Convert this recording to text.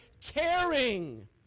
caring